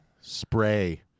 spray